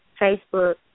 Facebook